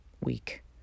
week